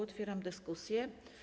Otwieram dyskusję.